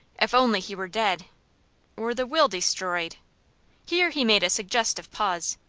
if only he were dead or the will destroyed here he made a suggestive pause.